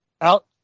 out